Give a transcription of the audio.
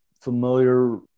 familiar